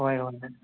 ꯍꯣꯏ ꯍꯣꯏ